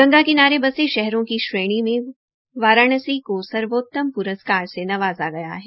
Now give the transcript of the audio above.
गंगा किनारे बसे शहरों की श्रेणी में वाराणसी को सर्वोतम से नवाजा गया है